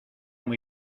muy